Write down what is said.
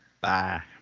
bye